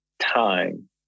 time